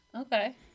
Okay